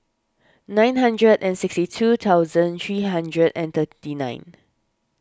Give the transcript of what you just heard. nine hundred and sixty two thousand three hundred and thirty nine